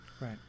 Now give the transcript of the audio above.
Right